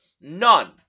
None